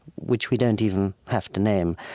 which we don't even have to name,